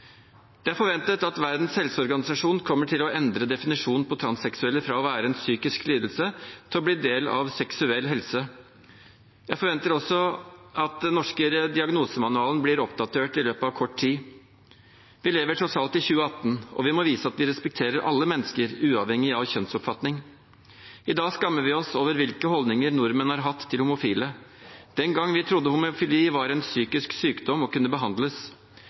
Det er forventet at Verdens helseorganisasjon kommer til å endre definisjonen på transseksuelle fra å være en psykisk lidelse til å bli en del av seksuell helse. Jeg forventer også at den norske diagnosemanualen blir oppdatert i løpet av kort tid. Vi lever tross alt i 2018, og vi må vise at vi respekterer alle mennesker, uavhengig av kjønnsoppfatning. I dag skammer vi oss over hvilke holdninger nordmenn hadde til homofile den gangen vi trodde homofili var en psykisk sykdom og kunne behandles.